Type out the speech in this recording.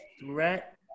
threat